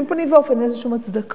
בשום פנים ואופן אין לזה שום הצדקה.